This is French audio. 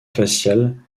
faciale